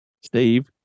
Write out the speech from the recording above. Steve